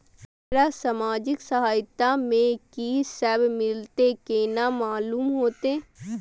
हमरा सामाजिक सहायता में की सब मिलते केना मालूम होते?